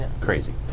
Crazy